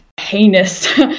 heinous